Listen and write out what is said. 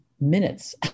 minutes